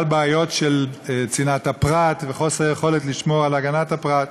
בעיות של צנעת הפרט וחוסר יכולת לשמור על הגנת הפרט.